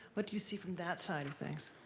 what do you see from that side of things?